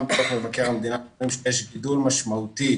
גם בדוח מבקר המדינה רואים שיש גידול משמעותי